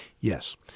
Yes